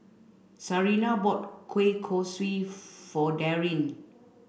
Sarina bought Kueh Kosui for Darin